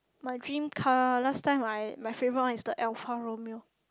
my dream car last time I my favourite one is the Alfa Romeo